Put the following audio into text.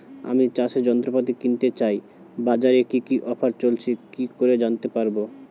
আমি চাষের যন্ত্রপাতি কিনতে চাই বাজারে কি কি অফার চলছে কি করে জানতে পারবো?